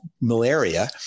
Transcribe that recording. malaria